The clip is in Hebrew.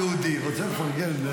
בא יהודי, רוצה לפרגן.